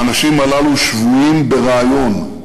האנשים הללו שבויים ברעיון,